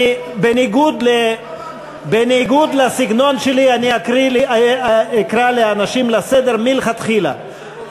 בניגוד לסגנון שלי אני אקרא אנשים לסדר מלכתחילה.